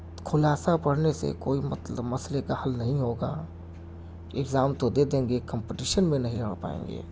خلاصہ پڑھنے سے کوئی مطلب مسئلے کا حل نہیں ہوگا اگزام تو دے دیں گے کمپٹیشن میں نہیں آ پائیں گے